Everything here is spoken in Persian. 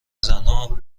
زنها